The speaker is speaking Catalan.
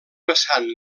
vessant